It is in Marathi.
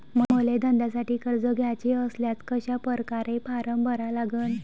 मले धंद्यासाठी कर्ज घ्याचे असल्यास कशा परकारे फारम भरा लागन?